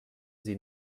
sie